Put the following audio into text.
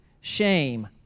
Shame